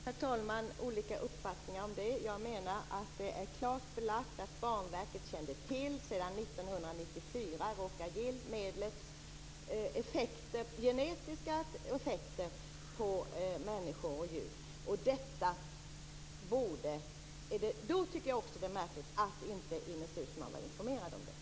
Herr talman! Vi har olika uppfattningar om det. Jag menar att det är klart belagt att Banverket sedan 1994 kände till Rhoca-Gils genetiska effekter på människor och djur. Då tycker jag att det är märkligt att Ines Uusmann inte var informerad om det.